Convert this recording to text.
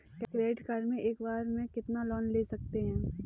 Credit card से एक बार में कितना लोन ले सकते हैं?